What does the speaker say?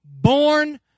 Born